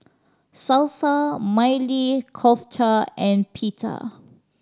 Salsa Maili Kofta and Pita